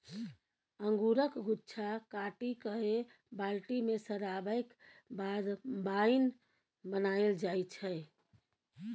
अंगुरक गुच्छा काटि कए बाल्टी मे सराबैक बाद बाइन बनाएल जाइ छै